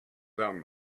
down